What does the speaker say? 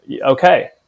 okay